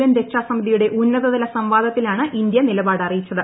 N രക്ഷാസമിതിയുടെ ഉന്നതതല സംവാദത്തിലാണ് ഇന്ത്യ നിലപാട് അറിയിച്ചത്